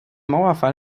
mauerfall